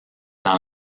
dans